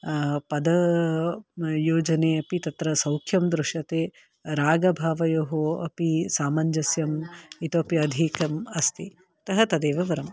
पद योजने अपि तत्र सौख्यं दृश्यते रागभावयोः अपि सामञ्जस्यम् इतोपि अधिकम् अस्ति अतः तदेव वरम्